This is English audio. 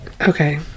Okay